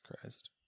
Christ